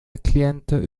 klienter